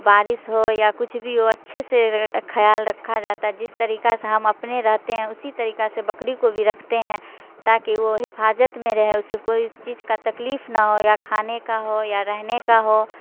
بارش ہو یا کچھ بھی وہ اچھے سے خیال رکھا جاتا ہے جس طریقہ سے ہم اپنے رہتے ہیں اسی طریقہ سے بکری کو بھی رکھتے ہیں تا کہ وہ حفاظت میں رہے اسے کوئی چیز کا تکلیف نہ ہو یا کھانے کا ہو یا رہنے کا ہو